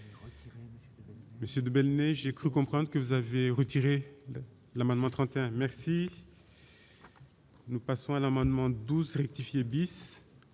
Mais cette belle mais j'ai cru comprendre que vous avez retiré l'amendement 31 merci, nous passons à l'amendement 12 rectifier bis,